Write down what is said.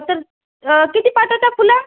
तर किती पाठवता फुलं